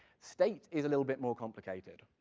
state is a little bit more complicated.